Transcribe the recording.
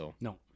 No